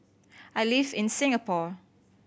I live in Singapore